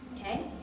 okay